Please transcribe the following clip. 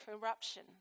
corruption